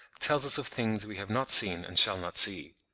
tells us of things we have not seen and shall not see.